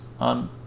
on